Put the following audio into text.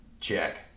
check